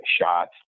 shots